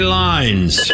lines